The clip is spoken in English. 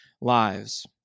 lives